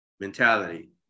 mentality